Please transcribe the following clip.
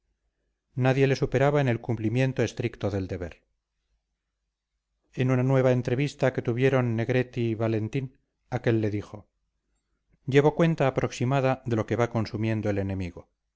nadie le superaba en el cumplimiento estricto del deber en una nueva entrevista que tuvieron negretti y valentín aquel le dijo llevo cuenta aproximada de lo que va consumiendo el enemigo